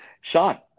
Sean